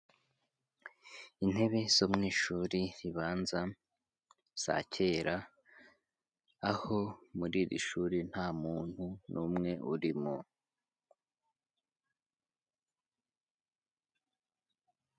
Intebe zo mu ishuri ribanza za kera, aho muri iri shuri nta muntu n'umwe urimo.